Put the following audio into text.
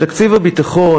תקציב הביטחון,